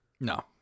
No